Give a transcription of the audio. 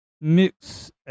mix